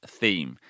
theme